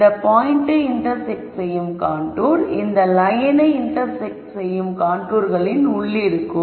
இந்த பாயிண்டை இன்டர்செக்ட் செய்யும் காண்டூர் இந்த லயன் ஐ இன்டர்செக்ட் செய்யும் காண்டூர்களின் உள்ளிருக்கும்